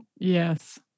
Yes